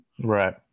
right